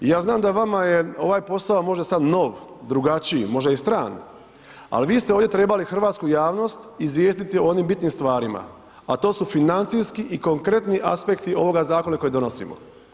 I ja znam da vama je ovaj posao možda sad nov, drugačiji, možda i stran ali vi ste ovdje trebali hrvatsku javnost izvijestiti o onim bitnim stvarima, a to su financijski i konkretni aspekti ovoga zakona koji donosimo.